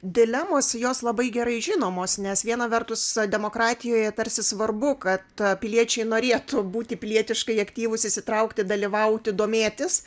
dilemos jos labai gerai žinomos nes viena vertus demokratijoje tarsi svarbu kad piliečiai norėtų būti pilietiškai aktyvūs įsitraukti dalyvauti domėtis